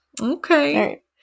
Okay